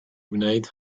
wneud